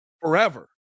forever